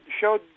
showed